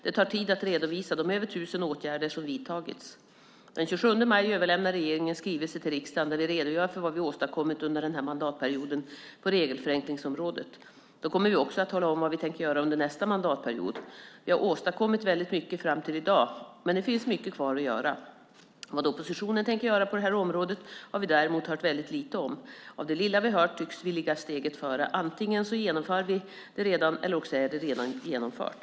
Det tar tid att redovisa de över 1 000 åtgärder som vidtagits. Den 27 maj överlämnar regeringen en skrivelse till riksdagen där vi redogör för vad vi åstadkommit under den här mandatperioden på regelförenklingsområdet. Då kommer vi också att tala om vad vi tänker göra under nästa mandatperiod. Vi har åstadkommit väldigt mycket fram till i dag, men det finns mycket kvar att göra. Vad oppositionen tänker göra på det här området har vi däremot hört väldigt lite om. Av det lilla vi har hört tycks vi ligga steget före - antingen genomför vi det redan eller också är det redan genomfört.